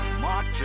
march